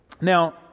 Now